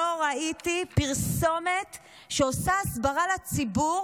לא ראיתי פרסומת שעושה הסברה לציבור